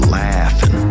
laughing